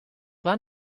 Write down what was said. war